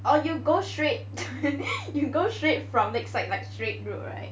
oh you go straight you go straight from Lakeside like straight road right